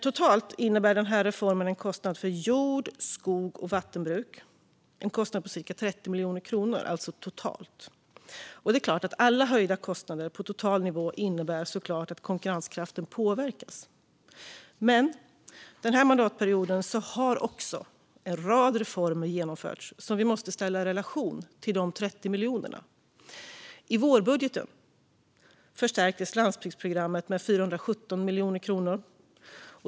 Totalt innebär den här reformen en kostnad för jord, skogs och vattenbruk på cirka 30 miljoner kronor. Det är alltså totalt, och det är klart att alla höjda kostnader på total nivå innebär att konkurrenskraften påverkas. Men denna mandatperiod har också en rad reformer genomförts som vi måste ställa i relation till dessa 30 miljoner. I vårbudgeten förstärktes landsbygdsprogrammet med 417 miljoner kronor.